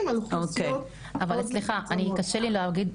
על אוכלוסיות מאוד- -- יש לי כמה מילים להגיד,